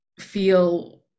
feel